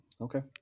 okay